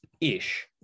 Ish